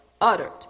Uttered